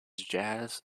jazz